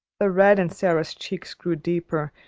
the red in sara's cheeks grew deeper,